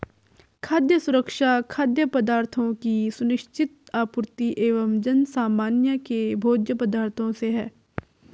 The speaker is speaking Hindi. खाद्य सुरक्षा खाद्य पदार्थों की सुनिश्चित आपूर्ति एवं जनसामान्य के भोज्य पदार्थों से है